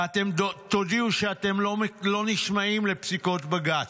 ואתם תודיעו שאתם לא נשמעים לפסיקות בג"ץ.